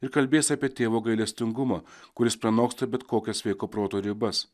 ir kalbės apie tėvo gailestingumą kuris pranoksta bet kokias sveiko proto ribas